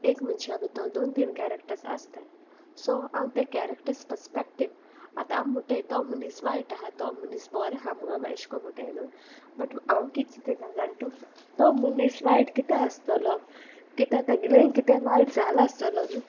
एक मनशा भितर दोन तीन कॅरेक्टर्स आसताय सो हांव तें कॅरेक्टर्स पर्सपॅक्टीव आतां आम म्हुटाय तो मनीस वायट आहा तो मनीस बोर आहा मुगो एशें कोटय न्हू बट हांव कित्याक जाण तूं तो मनीस वायट कितें आसतलो कितें तेगेलें कितें वायट जाला आसतलो न्हू